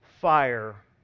fire